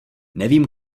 nevím